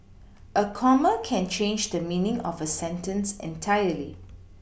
a comma can change the meaning of a sentence entirely